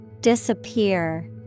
Disappear